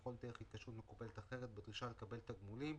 בכל דרך התקשרות מקובלת אחרת בדרישה לקבל תגמולים,